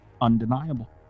Undeniable